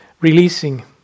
releasing